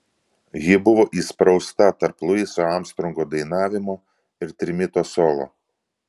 ji buvo įsprausta tarp luiso armstrongo dainavimo ir trimito solo